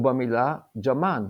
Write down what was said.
או במילה jamān,